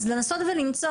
אז לנסות ולמצוא,